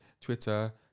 Twitter